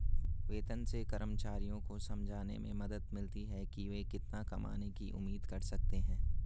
वेतन से कर्मचारियों को समझने में मदद मिलती है कि वे कितना कमाने की उम्मीद कर सकते हैं